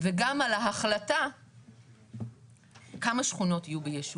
וגם על ההחלטה כמה שכונות יהיו ביישוב.